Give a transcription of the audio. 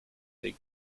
they